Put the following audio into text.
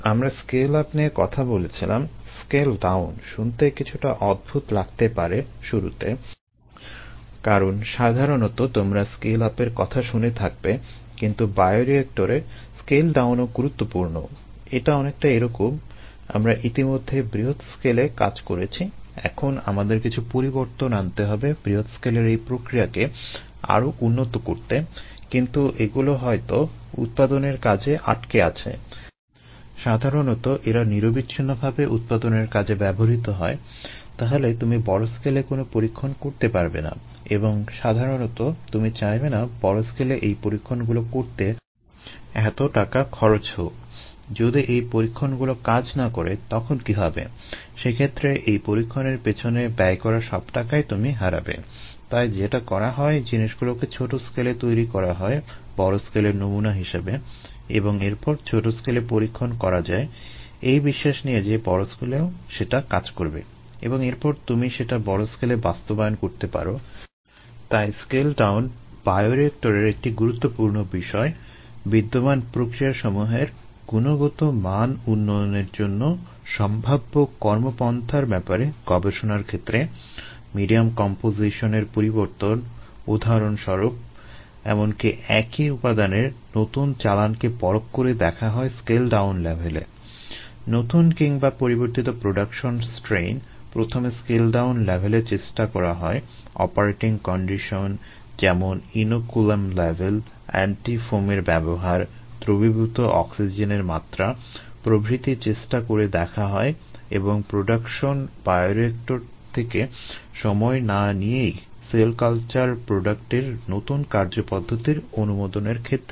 আমরা scale up নিয়ে কথা বলেছিলাম স্কেল ডাউন নতুন কার্যপদ্ধতির অনুমোদনের ক্ষেত্রেও